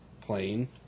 plane